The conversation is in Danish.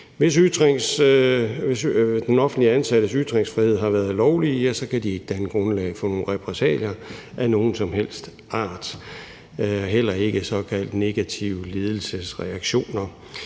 Hvis den offentligt ansattes ytringer har været lovlige, så kan de ikke danne grundlag for repressalier af nogen som helst art, heller ikke såkaldt negative ledelsesreaktioner.